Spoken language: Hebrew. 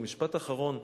ומשפט אחרון,